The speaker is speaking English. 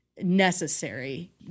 necessary